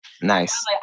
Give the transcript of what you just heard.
Nice